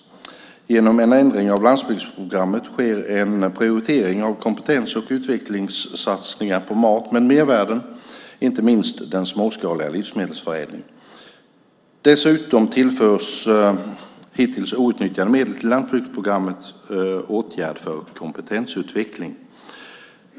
Genom en ändring av landsbygdsprogrammet sker en prioritering av kompetens och utvecklingssatsningar på mat med mervärden, inte minst den småskaliga livsmedelsförädlingen. Dessutom tillförs hittills outnyttjade medel till landsbygdsprogrammets åtgärd för kompetensutveckling.